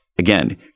Again